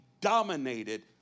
dominated